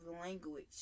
language